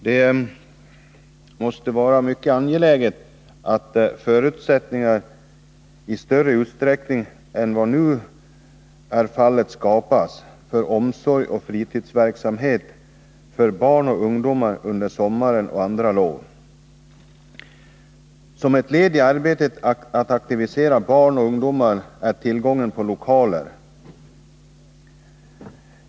Det måste vara mycket angeläget att man i större utsträckning än vad nu är fallet skapar förutsättningar för omsorg och fritidsverksamhet för barn och ungdomar under sommaren och andra lov. En förutsättning för arbetet att aktivera barn och ungdomar är tillgången på lokaler.